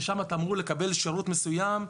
ושם אתה אמור לקבל שירות מסוים,